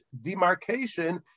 demarcation